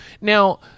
Now